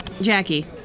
Jackie